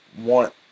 want